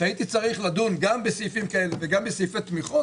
כשהייתי צריך לדון גם בסעיפים כאלה וגם בסעיפי תמיכות,